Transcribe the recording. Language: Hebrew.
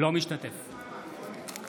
אינו משתתף בהצבעה